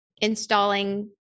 installing